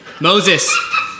Moses